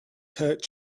hurt